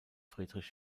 friedrich